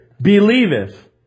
believeth